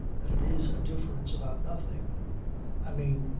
that it is a difference about nothing i mean,